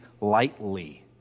lightly